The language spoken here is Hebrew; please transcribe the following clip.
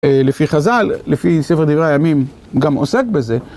לפי חז"ל, לפי ספר דברי הימים, גם עוסק בזה.